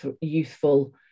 youthful